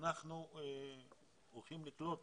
שאנחנו הולכים לקלוט